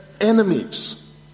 enemies